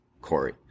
Corey